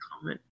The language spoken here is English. comment